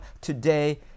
today